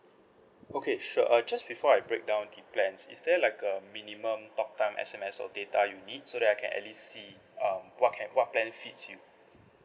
okay sure uh just before I breakdown the plans is there like a minimum talk time S_M_S or data you need so that I can at least see um what can what plan fits you